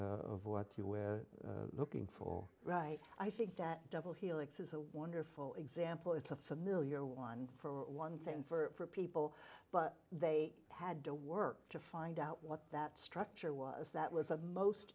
of what you were looking for right i think that double helix is a wonderful example it's a familiar one for one thing for people but they had to work to find out what that structure was that was a most